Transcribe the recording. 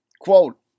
Quote